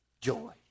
Joy